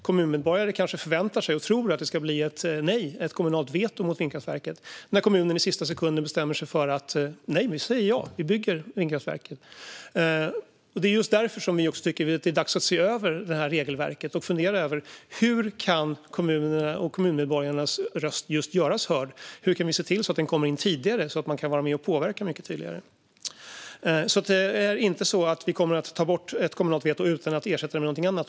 Kommunmedborgare kanske förväntar sig och tror att det ska bli ett kommunalt veto mot vindkraftverket när kommunen i sista sekunden bestämmer sig för att säga ja och bygga vindkraftverket. Det är därför vi tycker att det är dags att se över regelverket och fundera över hur kommunernas och kommunmedborgarnas röster ska göras hörda, hur vi kan se till att de kommer in tidigare så att de kan vara med och påverka tydligare. Vi kommer inte att ta bort kommunalt veto utan att ersätta det med ett annat.